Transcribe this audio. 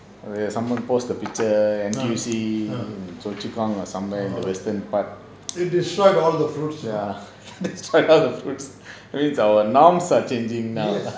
someone post the picture N_T_U_C in choa chu kang or somewhere in the western part ya destroyed all of the fruits our norms are changing now